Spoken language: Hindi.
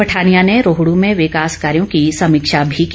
पठानिया ने रोहड में विकास कार्यो की समीक्षा भी की